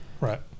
right